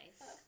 nice